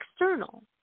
external